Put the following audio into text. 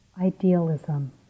idealism